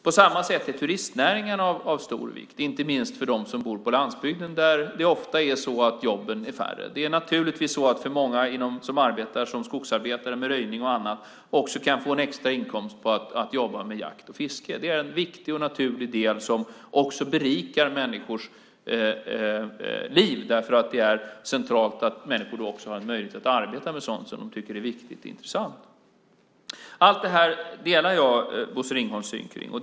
På samma sätt är turistnäringen av stor vikt, inte minst för dem som bor på landsbygden där jobben ofta är färre. Många som jobbar som skogsarbetare med röjning och annat kan få en extra inkomst på att jobba med jakt och fiske. Det är en viktig och naturlig del som även berikar människors liv därför att det är centralt att människor också har möjlighet att arbeta med sådant som de tycker är viktigt och intressant. Allt det här delar jag Bosse Ringholms syn på.